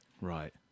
Right